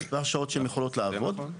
יש מספר שעות שהן יכולות לעבוד.